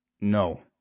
No